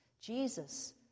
Jesus